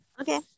Okay